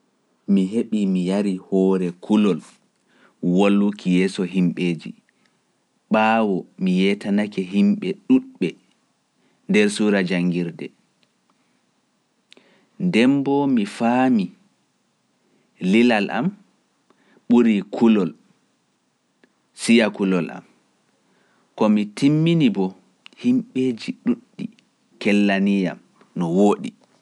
Mi heɓii mi yarii hoore kulol wolwuki yeeso himɓeeji, ɓaawo mi yeetanake himɓe ɗuuɗɓe nder suura janngirde. Demboo mi faamii lilal am ɓurii kulol kulol am, ko mi timmini bo himɓeeji ɗuuɗɗi kellanii yam no wooɗi.